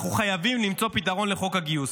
אנחנו חייבים למצוא פתרון לחוק הגיוס.